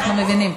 אנחנו מבינים.